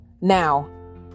Now